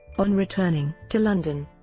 on returning to london,